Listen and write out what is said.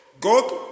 God